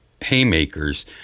Haymakers